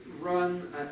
run